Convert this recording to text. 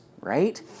right